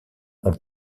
ont